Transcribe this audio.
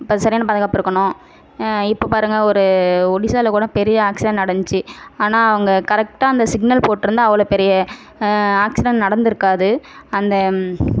இப்போ சரியான பாதுகாப்பிருக்கணும் இப்போ பாருங்கள் ஒரு ஒடிஷாவில் கூட பெரிய ஆக்சிடென்ட் நடந்துச்சு ஆனால் அவங்க கரக்ட்டாக அந்த சிக்னல் போட்டிருந்தா அவ்வளோ பெரிய ஆக்சிடென்ட் நடந்திருக்காது அந்த